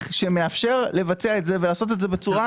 שמאפשר לבצע ולעשות את זה בצורה מחייבת.